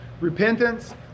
repentance